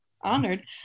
honored